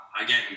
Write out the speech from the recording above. again